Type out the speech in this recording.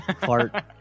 fart